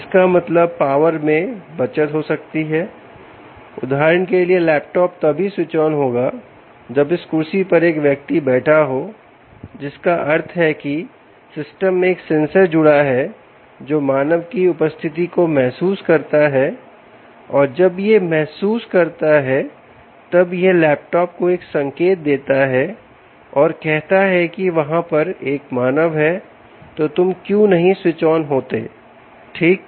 इसका मतलब पावर में बचत हो सकती है उदाहरण के लिए लैपटॉप तभी स्विच ऑन होगा जब इस कुर्सी पर एक व्यक्ति बैठा हो जिसका अर्थ है की इस सिस्टम में एक सेंसर जुड़ा है जो मानव की उपस्थिति को महसूस करता है और जब यह महसूस करता है तब यह लैपटॉप को एक संकेत देता है और कहता है कि वहां पर एक मानव है तो तुम क्यों नहीं स्विच ऑन होते ठीक